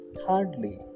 Hardly